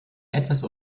etwas